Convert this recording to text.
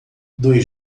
dois